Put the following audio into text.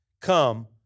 come